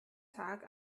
tag